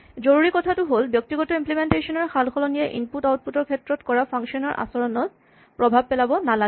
জৰুৰী কথাটো হ'ল ব্যক্তিগত ইম্লিমেন্টেচন ৰ সালসলনিয়ে ইনপুট আউটপুট ৰ ক্ষেত্ৰত কৰা ফাংচন ৰ আচৰণত প্ৰভাৱ পেলাব নালাগে